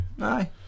Aye